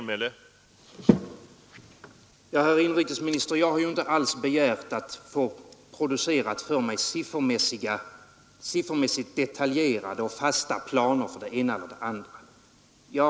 Herr talman! Jag har inte alls begärt, herr inrikesminister, att få siffermässigt detaljerade och fasta planer för det ena eller det andra producerade för mig.